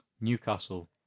Newcastle